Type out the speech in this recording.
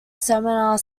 seminar